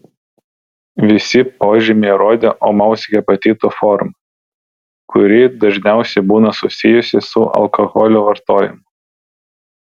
visi požymiai rodė ūmaus hepatito formą kuri dažniausiai būna susijusi su alkoholio vartojimu